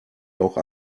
auch